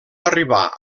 arribar